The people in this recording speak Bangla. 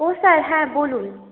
ও স্যার হ্যাঁ বলুন